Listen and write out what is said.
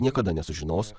niekada nesužinos